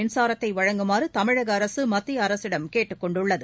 மின்சாரத்தை வழங்குமாறு தமிழக அரசு மத்திய அரசிடம் கேட்டுக் கொண்டுள்ளது